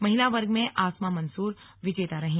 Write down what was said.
महिला वर्ग में आसमा मंसूर विजेता रही